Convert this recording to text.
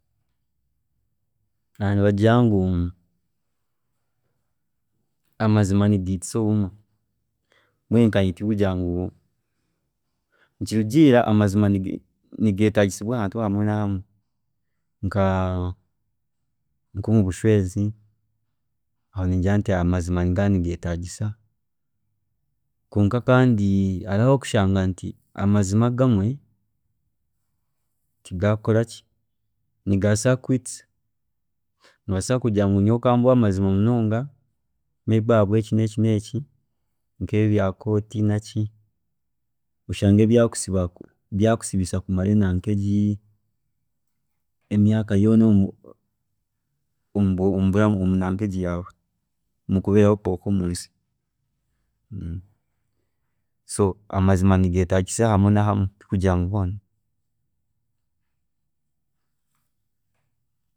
Kare nibagira ngu amazima nigiitisa obumwe mbwenu nkanye tikugira ngu, nikirugiirira, amazima nigetaagisa ahantu ahamwe nobumwe nka- nka nkomubushweezi aho ningira nti amazima nigaba nigeetaagisa kwonka kandi amazima agamwe nigabaasa kukwiitisa, nobaasa kugira ngu nyowe nkangwe ahamazima munonga may be aha bweki, neeki, neeki nkebi ebya court nenki oshange byakusiba, byakusibisa kumara emyaaka yoona omu- omunanka egi omukubeeraho kwaawe omu nsi, so amazima nigetaagisa ohamwe nahamwe, tikugira ngu nihoona.